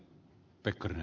puhemies